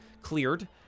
cleared